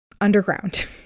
Underground